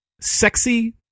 Sexy